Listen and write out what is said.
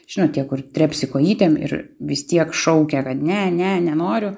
žinote kur trepsi kojytėm ir vis tiek šaukia kad ne ne nenoriu